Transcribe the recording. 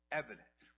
evident